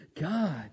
God